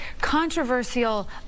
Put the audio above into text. controversial